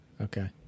okay